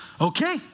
Okay